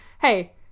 Hey